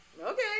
Okay